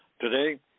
today